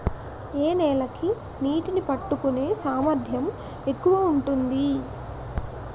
ఏ నేల కి నీటినీ పట్టుకునే సామర్థ్యం ఎక్కువ ఉంటుంది?